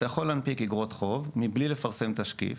יכול להנפיק אגרות חוב מבלי לפרסם תשקיף